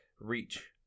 reach